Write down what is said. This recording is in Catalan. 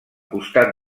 costat